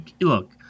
look